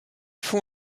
font